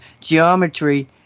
geometry